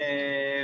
הקהילה.